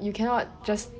you cannot just